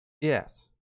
Yes